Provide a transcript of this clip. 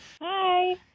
hi